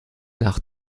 nach